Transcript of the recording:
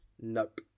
Nope